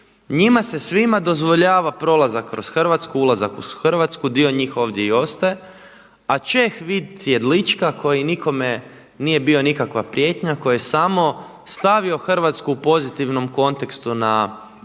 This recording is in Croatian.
njima se svima dozvoljava prolazak kroz Hrvatsku, ulazak u Hrvatsku, dio njih ovdje i ostaje, a Čeh Vit Jedlička koji nikome nije bio nikakva prijetnja, koji je samo stavio Hrvatsku u pozitivnom kontekstu na